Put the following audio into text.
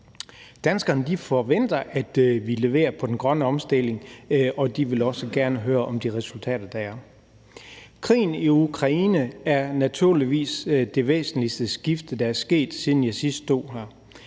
Danskerne forventer, at vi leverer på den grønne omstilling, og de vil også gerne høre om de resultater, der opnås. Krigen i Ukraine er naturligvis det væsentligste skifte, der er sket, siden jeg sidst stod her.